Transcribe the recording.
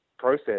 process